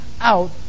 out